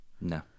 No